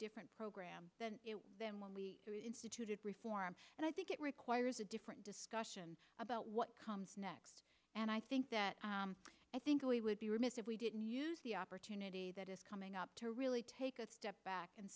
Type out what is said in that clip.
different program than when we instituted reform and i think it requires a different discussion about what comes next and i think that i think we would be remiss if we didn't use the opportunity that is coming up to really take a step back and